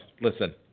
listen